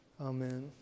Amen